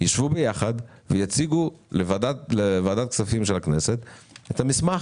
יישבו יחד ויציגו לוועדת הכספים של הכנסת את המסמך,